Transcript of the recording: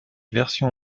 version